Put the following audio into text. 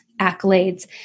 accolades